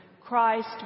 Christ